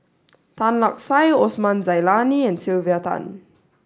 Tan Lark Sye Osman Zailani and Sylvia Tan